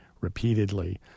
repeatedly